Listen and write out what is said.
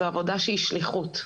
זו עבודה שהיא שליחות.